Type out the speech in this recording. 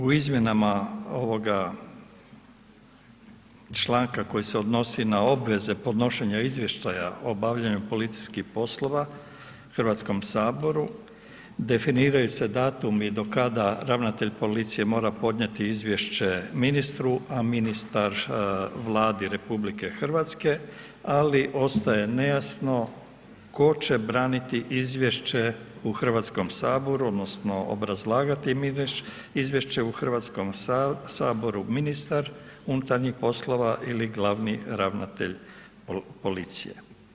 Iz, u izmjenama ovoga članka koji se odnosi na obveze podnošenja izvještaja o obavljanju policijskih poslova Hrvatskom saboru definiraju se datumi do kada ravnatelj policije mora podnijeti izvješće ministru, a ministar Vladi RH, ali ostaje nejasno tko će braniti izvješće u Hrvatskom saboru odnosno obrazlagati izvješće u Hrvatskom saboru ministar unutarnjih poslova ili glavni ravnatelj policije.